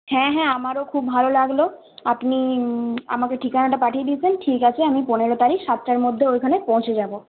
হ্যাঁ হ্যাঁ আমারও খুব ভালো লাগলো আপনি আমাকে ঠিকানাটা পাঠিয়ে দিয়েছেন ঠিক আছে আমি পনেরো তারিখ সাতটার মধ্যে ওইখানে পৌঁছে যাব